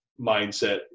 mindset